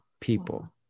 people